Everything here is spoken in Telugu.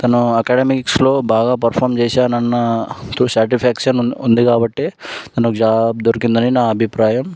తన అకాడమిక్స్లో బాగా పర్ఫామ్ చేశానన్న శాటిఫ్యాక్షన్ ఉంది కాబట్టే తనకు జాబ్ దొరికిందని నా అభిప్రాయం